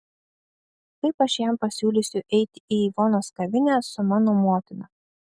kaip aš jam pasiūlysiu eiti į ivonos kavinę su mano motina